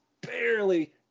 barely